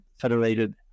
Federated